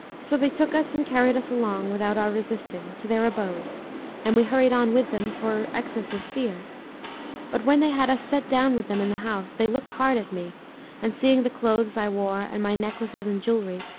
so they took us and carried us along, without our resisting, to their abode and we hurried on with them for excess of fear but when they had us set down with them in the house, they looked hard at me and seeing the clothes i wore and my necklaces and jewellery,